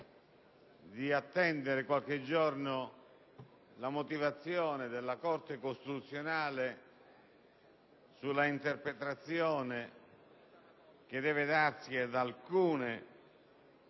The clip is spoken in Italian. di attendere qualche giorno la motivazione della Corte costituzionale sulla interpretazione che deve darsi ad alcune